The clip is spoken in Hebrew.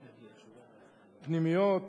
פנימיות,